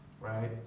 right